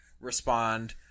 respond